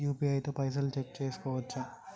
UPI తో పైసల్ check చేసుకోవచ్చా?